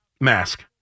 mask